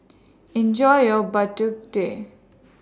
Enjoy your Bak Tut Teh